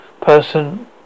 person